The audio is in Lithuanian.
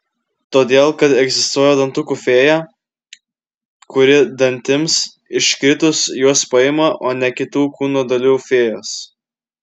todėl kad egzistuoja dantukų fėja kuri dantims iškritus juos paima o ne kitų kūno dalių fėjos